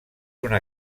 una